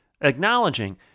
Acknowledging